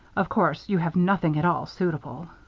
of course you have nothing at all suitable.